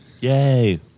Yay